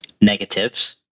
negatives